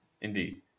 Indeed